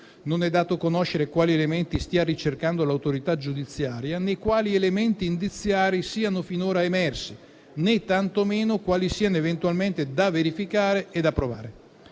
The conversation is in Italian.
Non è dato conoscere quali elementi stia ricercando l'autorità giudiziaria, né quali elementi indiziari siano finora emersi, né tantomeno quali siano eventualmente da verificare e provare.